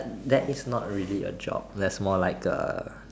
that is not really a job that's more like a